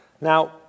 Now